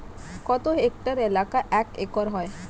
কত হেক্টর এলাকা এক একর হয়?